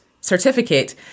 certificate